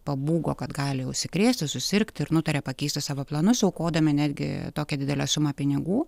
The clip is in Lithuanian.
pabūgo kad gali užsikrėsti susirgti ir nutarė pakeisti savo planus aukodami netgi tokią didelę sumą pinigų